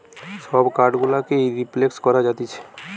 সব কার্ড গুলোকেই রিপ্লেস করা যাতিছে